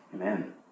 Amen